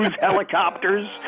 helicopters